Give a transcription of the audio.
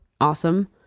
Awesome